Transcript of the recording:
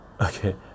okay